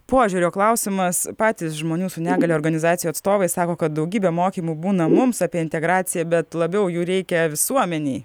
požiūrio klausimas patys žmonių su negalia organizacijų atstovai sako kad daugybė mokymų būna mums apie integraciją bet labiau jų reikia visuomenei